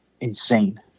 insane